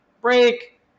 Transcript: break